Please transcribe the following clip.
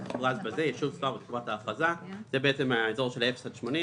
המוכרז בזה יישוב ספר בתקופת ההכרזה,"" זה בעצם האזור של 0 80 קילומטר,